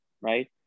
right